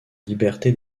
liberté